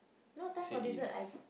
see if